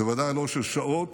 ובוודאי לא של שעות